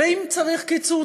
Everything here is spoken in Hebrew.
אם צריך קיצוץ,